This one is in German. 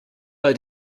bei